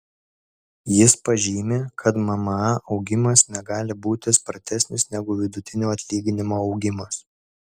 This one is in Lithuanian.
jis pažymi kad mma augimas negali būti spartesnis negu vidutinio atlyginimo augimas